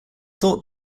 thought